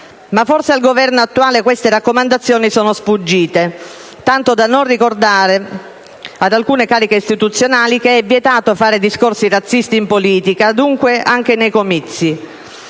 Ma forse al Governo attuale queste raccomandazioni sono sfuggite, tanto da non ricordare ad alcune cariche istituzionali che è vietato fare discorsi razzisti in politica, dunque anche nei comizi.